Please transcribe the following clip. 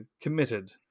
committed